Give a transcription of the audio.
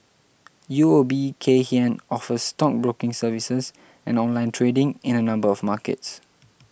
U O B Kay Hian offers stockbroking services and online trading in a number of markets